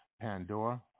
Pandora